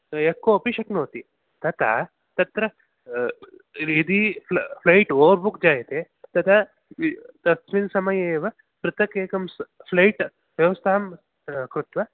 यः कोपि शक्नोति तथा तत्र यदि फ्लै फ्लैट् ओवर्बुक् जायते तथा तस्मिन् समये एव पृथक् एकं फ्लैट् व्यवस्थां कृत्वा